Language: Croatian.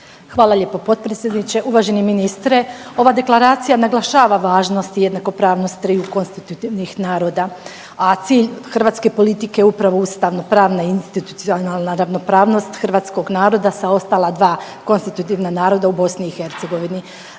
Hvala lijepo potpredsjedniče. Uvaženi ministre, ova deklaracija naglašava važnost i jednakopravnost triju konstitutivnih naroda, a cilj hrvatske politike je upravo ustavnopravna i institucionalna ravnopravnost hrvatskog naroda sa ostala dva konstitutivna naroda u BiH.